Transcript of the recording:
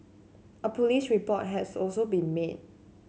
a police report has also been made